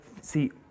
see